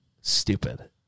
Stupid